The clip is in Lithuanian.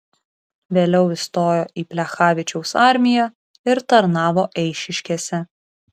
vėliau įstojo į plechavičiaus armiją ir tarnavo eišiškėse